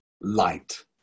light